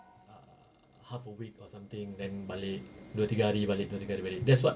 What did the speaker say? uh half a week or something then balik dua tiga hari balik dua tiga hari balik that's what